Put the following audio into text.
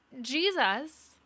Jesus